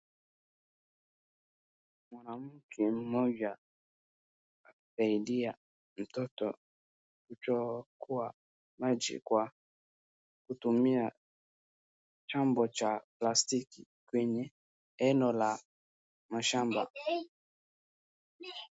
Mwanamke mmoja anasaidia mtoto kuchota maji kwa kutumia chombo cha plastiki kwenye eno la mashamba.